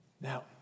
Now